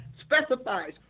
specifies